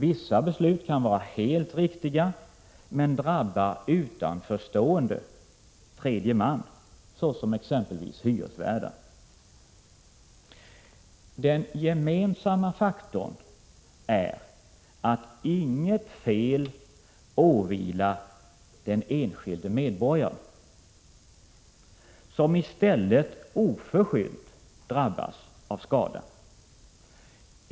Vissa beslut kan vara helt riktiga men drabba utanförstående tredje man, såsom hyresvärdar. Den gemensamma faktorn är att inget fel åvilar den enskilde medborgaren, som i stället oförskyllt drabbats av skada.